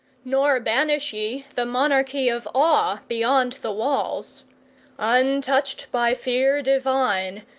nor banish ye the monarchy of awe beyond the walls untouched by fear divine,